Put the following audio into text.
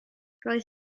roedd